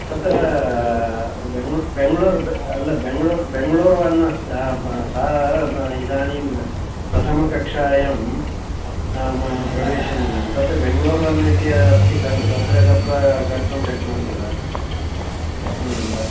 अत्र बेङ्गलूर् बेङ्गलूर् अल्ल बेङ्गलूरु वन् अस् सा इदानीं प्रथमकक्षायां नाम प्रवेशनीयं तत्र बेङ्गलूर् वन् इति अस्ति खलु तत्र गत्वा कर्तुं शक्नोमि वा शक्नोमि वा